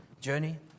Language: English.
journey